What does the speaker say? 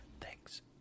thanks